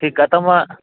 ठीकु आहे त मां